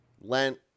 Lent